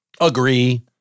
agree